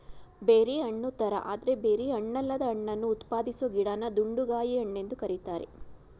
berry ಹಣ್ಣುತರ ಆದ್ರೆ berry ಹಣ್ಣಲ್ಲದ ಹಣ್ಣನ್ನು ಉತ್ಪಾದಿಸೊ ಗಿಡನ ದುಂಡುಗಾಯಿ ಹಣ್ಣೆಂದು ಕರೀತಾರೆ